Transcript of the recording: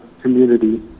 community